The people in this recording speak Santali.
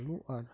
ᱟᱞᱩ ᱟᱨ